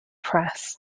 press